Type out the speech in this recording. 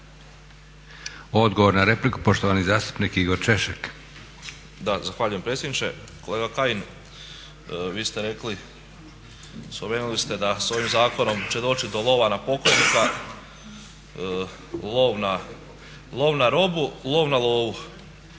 Odgovor na repliku, poštovani zastupnik Igor Češek. **Češek, Igor (HDSSB)** Zahvaljujem predsjedniče. Kolega Kajin, spomenuli ste da s ovim zakonom će doći do lova na pokojnika, lov na robu, lov na lovu.